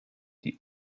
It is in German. die